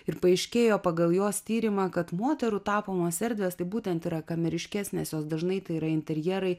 ir paaiškėjo pagal jos tyrimą kad moterų tapomos erdvės tai būtent yra kameriškesnės jos dažnai tai yra interjerai